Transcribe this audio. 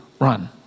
run